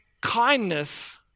kindness